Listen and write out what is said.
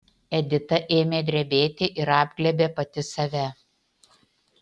edita ėmė drebėti ir apglėbė pati save